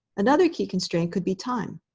another key constraint could be time.